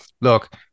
look